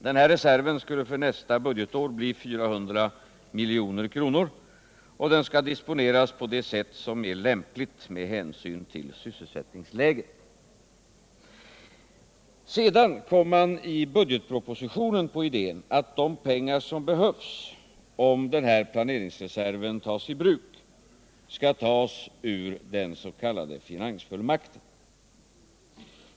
Den här reserven skulle för nästa budgetår bli 400 milj.kr. och den skall disponeras på det sätt som är lämpligt med hänsyn till sysselsättningsläget. Sedan kom man i budgetpropositionen på idén att de pengar som behövs om den här planeringsreserven tas i bruk skall tas ur den s.k. finansfullmakten.